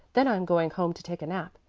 then i'm going home to take a nap.